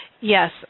Yes